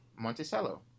Monticello